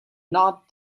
not